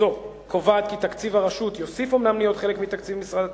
הזו קובעת כי תקציב הרשות יוסיף אומנם להיות חלק מתקציב משרד התחבורה,